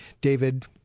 david